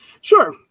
Sure